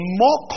more